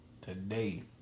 Today